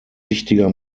wichtiger